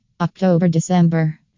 October-December